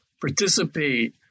participate